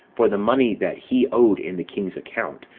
for the money that he owed in the king's account,